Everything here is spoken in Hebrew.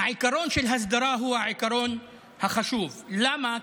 העיקרון של הסדרה הוא העיקרון החשוב, למה?